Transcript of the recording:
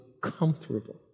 comfortable